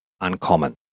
uncommon